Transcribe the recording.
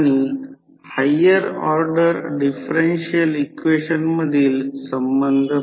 आता magnetising current Im I0 sin ∅0